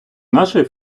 нашої